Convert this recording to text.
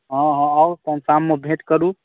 हँ हँ आउ तखन शाममे भेँट करू